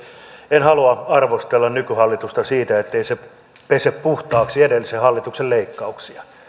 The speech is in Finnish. en halua arvostella nykyhallitusta siitä ettei se pese puhtaaksi edellisen hallituksen leikkauksia